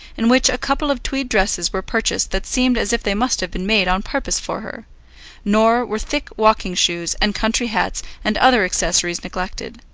in which a couple of tweed dresses were purchased that seemed as if they must have been made on purpose for her nor were thick walking shoes, and country hats, and other accessories neglected.